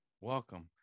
Welcome